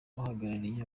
uhagarariye